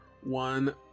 one